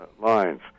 lines